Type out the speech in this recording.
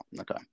okay